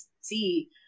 see